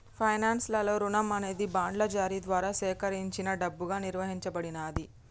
finance లలో రుణం అనేది బాండ్ల జారీ ద్వారా సేకరించిన డబ్బుగా నిర్వచించబడినాది